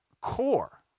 core